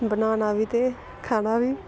बनाना बी ते खाना बी